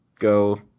go